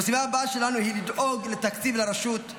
המשימה הבאה שלנו היא לדאוג לתקציב לרשות,